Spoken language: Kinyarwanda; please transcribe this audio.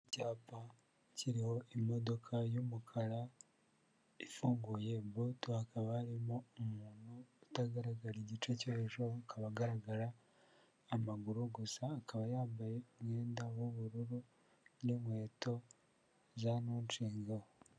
Icyapa kiriho imodoka y'umukara, ifunguye buto hakaba harimo umuntu utagaragara igice cyo hejuru akaba agaragara, amaguru gusa akaba yambaye umwenda w'ubururu n'inkweto, za ntunshingeho.